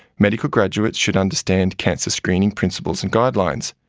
medical graduates should understand cancer screening principles and guidelines,